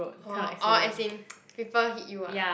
orh orh as in people hit you ah